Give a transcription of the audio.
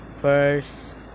first